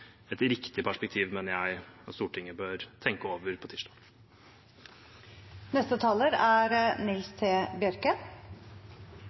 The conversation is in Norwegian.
riktig perspektiv, mener jeg, som Stortinget bør tenke over på